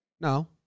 No